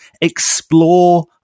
explore